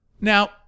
Now